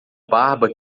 barba